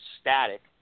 static